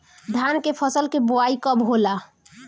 धान के फ़सल के बोआई कब होला?